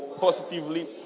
positively